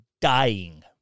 dying